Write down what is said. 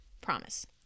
Promise